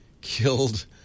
killed